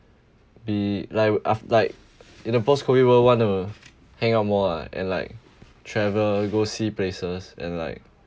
be like aft~ like in a post COVID world wanna hang out more lah and like travel go see places and like